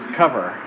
cover